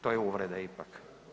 To je uvreda ipak.